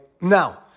Now